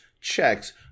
checks